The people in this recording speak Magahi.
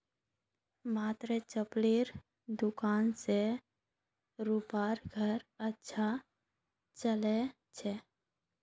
मात्र चप्पलेर दुकान स रूपार घर अच्छा चल छ